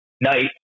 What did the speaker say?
night